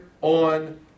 on